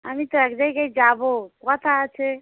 আমি তো এক জায়গায় যাব কথা আছে